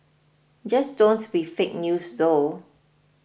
just don't be fake news though